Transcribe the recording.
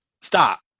Stop